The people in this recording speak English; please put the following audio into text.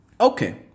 Okay